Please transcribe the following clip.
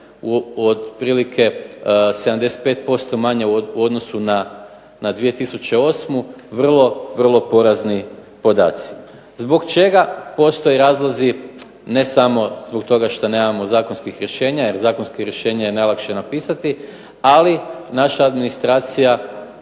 otprilike 75% manje u odnosu na 2008. vrlo porazni podaci. Zbog čega postoje razlozi ne samo zbog toga što nemamo zakonska rješenja jer zakonska rješenja je najlakše napisati, ali naša administracija